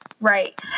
right